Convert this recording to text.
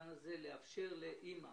לאפשר לאימא